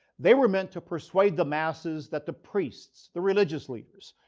they were meant to persuade the masses that the priests, the religious leaders,